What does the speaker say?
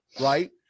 right